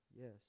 yes